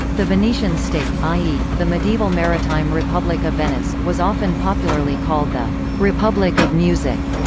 the venetian state i e, the medieval maritime republic of venice was often popularly called the republic of music,